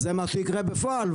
זה מה שיקרה בפועל.